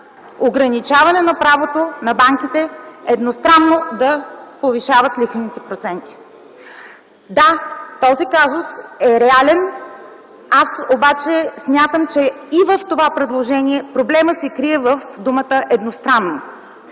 ограничаване на правото на банките едностранно да повишават лихвените проценти. Да, този казус е реален. Аз обаче смятам, че и в това предложение проблемът се крие в думата „едностранно”.